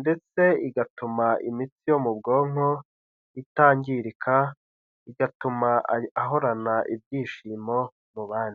ndetse igatuma imitsi yo mu bwonko itangirika, igatuma ahorana ibyishimo mu bandi.